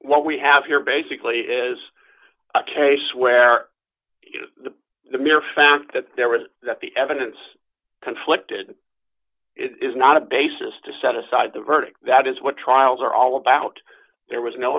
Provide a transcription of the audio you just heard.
what we have here basically is a case where the mere fact that there was that the evidence conflicted is not a basis to set aside the verdict that is what trials are all about there was no